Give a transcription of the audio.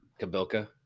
Kabilka